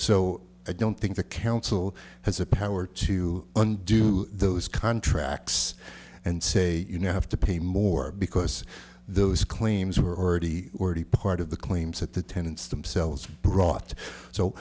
so i don't think the council has the power to undo those contracts and say you know i have to pay more because those claims were already already part of the claims at the tenants themselves brought so